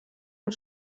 amb